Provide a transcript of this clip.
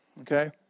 okay